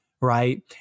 right